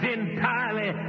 entirely